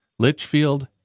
Litchfield